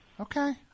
Okay